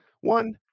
one